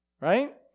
right